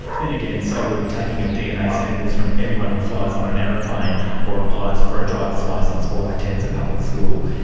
then again, so would taking of dna samples from everyone who flies on an aeroplane or applies for a drivers licence or attends a public school.